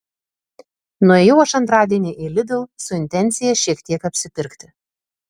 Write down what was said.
nuėjau aš antradienį į lidl su intencija šiek tiek apsipirkti